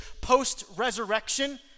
post-resurrection